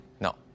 No